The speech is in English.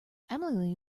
emily